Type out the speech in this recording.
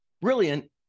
brilliant